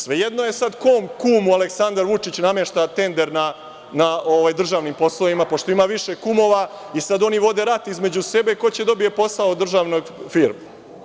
Svejedno je sad kom kumu Aleksandar Vučić namešta tender na državnim poslovima, pošto ima više kumova i sada oni vode rat između sebe ko će da dobije posao u državnoj firmi.